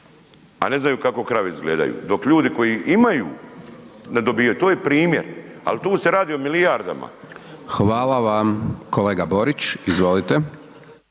a ne znaju kako krave izgledaju, dok ljudi koji imaju ne dobijaju to je primjer, ali tu se radi o milijardama. **Hajdaš Dončić, Siniša